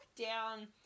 down